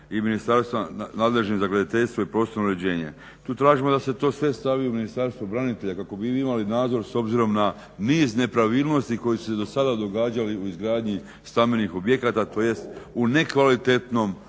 i Ministarstva nadležnog za graditeljstvo i prostorno uređenje. Tu tražimo da se to sve stavi u Ministarstvo branitelja kako bi vi imali nadzor s obzirom na niz nepravilnosti koje su se dosada događale u izgradnji stambenih objekata tj. u nekvalitetnom